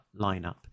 lineup